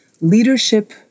Leadership